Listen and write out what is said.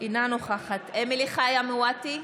אינה נוכחת אמילי חיה מואטי,